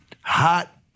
Hot